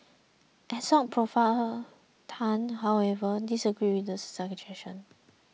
assoc Prof Tan however disagreed with the suggestion